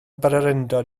bererindod